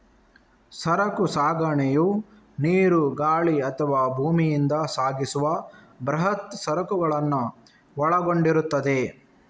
ಸರಕು ಸಾಗಣೆಯು ನೀರು, ಗಾಳಿ ಅಥವಾ ಭೂಮಿಯಿಂದ ಸಾಗಿಸುವ ಬೃಹತ್ ಸರಕುಗಳನ್ನು ಒಳಗೊಂಡಿರುತ್ತದೆ